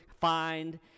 find